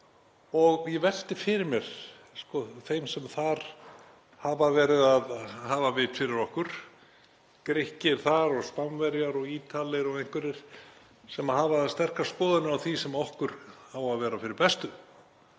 Ég velti fyrir mér þeim sem þar hafa verið að hafa vit fyrir okkur, Grikkir og Spánverjar og Ítalir og einhverjir sem hafa sterkar skoðanir á því sem okkur á að vera fyrir bestu.